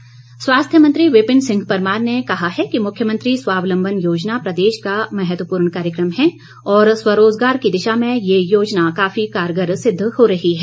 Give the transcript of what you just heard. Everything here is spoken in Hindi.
परमार स्वास्थ्य मंत्री विपिन सिंह परमार ने कहा है कि मुख्यमंत्री स्वावलंबन योजना प्रदेश का महत्वपूर्ण कार्यक्रम है और स्वरोजगार की दिशा में ये योजना काफी कारगर सिद्ध हो रही है